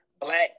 black